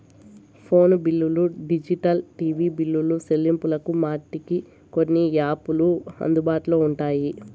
phone బిల్లులు digital TV బిల్లులు సెల్లింపులకు మటికి కొన్ని యాపులు అందుబాటులో ఉంటాయి